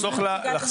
לחסוך לה.